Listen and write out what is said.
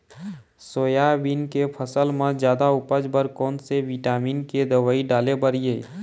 Soybean के फसल म जादा उपज बर कोन से विटामिन के दवई डाले बर ये?